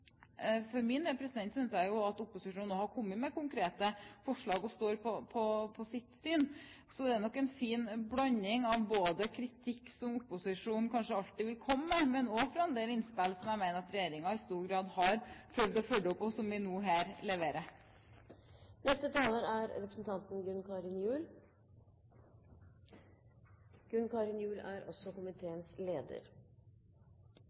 for min del synes jeg at opposisjonen nå har kommet med konkrete forslag og står på sitt syn, så det er nok en fin blanding av kritikk, som opposisjonen kanskje alltid vil komme med, og også en del innspill som jeg mener at regjeringen i stor grad har prøvd å følge opp, og som vi nå her leverer. Jeg vil uttrykke at jeg er